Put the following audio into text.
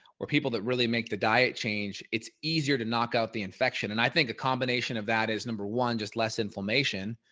or people that really make the diet change, it's easier to knock out the infection. and i think a combination of that is number one, just less inflammation.